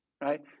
right